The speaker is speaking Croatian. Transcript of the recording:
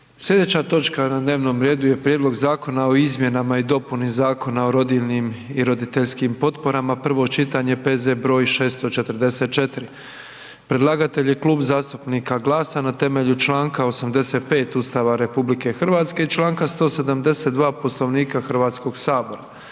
Slijedeća točka na dnevnom redu je: - Prijedlog zakona o izmjenama i dopuni Zakona o rodiljnim i roditeljskim potporama, prvo čitanje, P.Z. br. 644. Predlagatelj je Klub zastupnika GLAS-a na temelju čl. 85. Ustava RH i čl. 172. Poslovnika HS. Prigodom